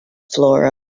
flora